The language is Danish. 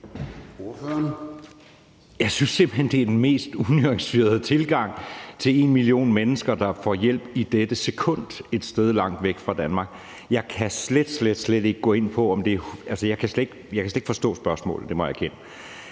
Jeg synes simpelt hen, det er den mest unuancerede tilgang, når der er 1 million mennesker, der får hjælp i dette sekund et sted langt væk fra Danmark. Jeg kan slet, slet ikke gå ind på et tal.